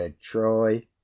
troy